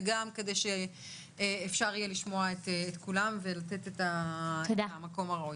וגם כדי שאפשר יהיה לשמוע את כולם ולתת את המקום הראוי.